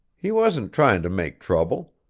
he wasn't trying to make trouble.